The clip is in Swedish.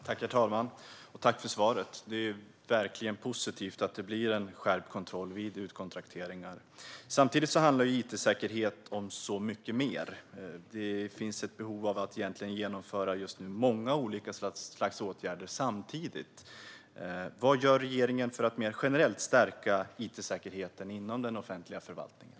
Herr talman! Tack för svaret! Det är verkligen positivt att det blir en skärpt kontroll vid utkontrakteringar. Samtidigt handlar it-säkerhet om mycket mer. Det finns ett behov av att vidta många olika slags åtgärder samtidigt. Vad gör regeringen för att mer generellt stärka it-säkerheten inom den offentliga förvaltningen?